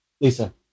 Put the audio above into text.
Lisa